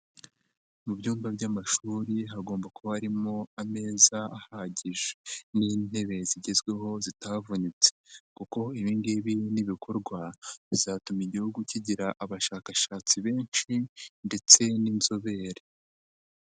Mu byumba by'amashuri hagomba kuba harimo ameza ahagije n'intebe zigezweho zitavunitse kuko ibi ngibi ni bikorwa, bizatuma igihugu kigira abashakashatsi benshi ndetse n'inzobere.